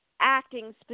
acting